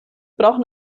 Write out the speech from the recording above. brauchen